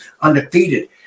undefeated